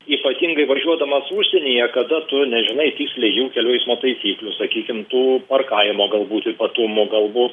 ypatingai važiuodamas užsienyje kada tu nežinai tiksliai jų kelių eismo taisyklių sakykim tų parkavimo galbūt ypatumų galbūt